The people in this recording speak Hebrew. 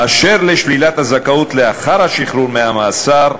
באשר לשלילת הזכאות לאחר השחרור מהמאסר,